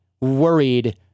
worried